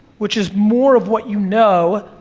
which is more of what you know,